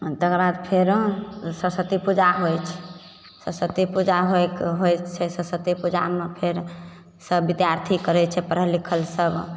तकरबाद फेरो सरस्वती पूजा होइ छै सरस्वती पूजा होइके होइ छै सरस्वती पूजामे फेर सब विद्यार्थी करय छै पढ़ल लिखल सब